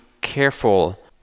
careful